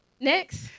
next